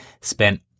spent